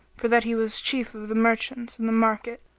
for that he was chief of the merchants and the market,